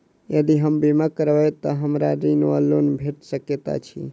यदि हम बीमा करबै तऽ हमरा ऋण वा लोन भेट सकैत अछि?